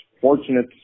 fortunate